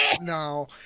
no